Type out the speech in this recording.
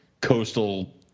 coastal